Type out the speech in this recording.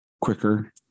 quicker